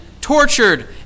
tortured